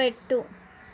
పెట్టు